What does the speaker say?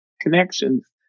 Connections